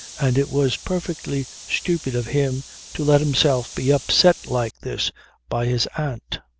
and it was perfectly stupid of him to let himself be upset like this by his aunt.